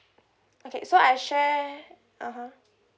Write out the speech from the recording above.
okay so I share (uh huh)